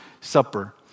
Supper